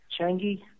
Changi